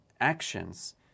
actions